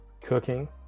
cooking